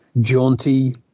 jaunty